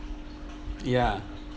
ya